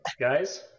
guys